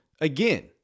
again